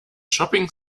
shopping